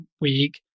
week